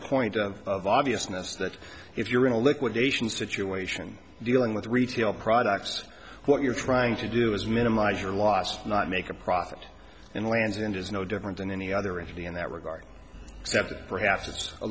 point of obviousness that if you're in a liquidations to chew ation dealing with retail products what you're trying to do is minimize your loss not make a profit and land's end is no different than any other entity in that regard except perhaps it's a